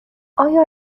آیا